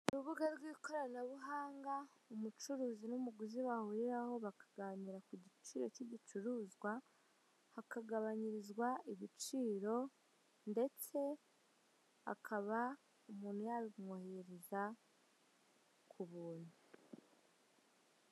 Urubuga rw'ikoranabuhanga, umucuruzi n'umuguzi bahuriraho, bakaganira ku giciro cy'igicuruzwa, hakagabanyirizwa ibiciro, ndetse hakaba umuntu yabimwoherereza ku buntu.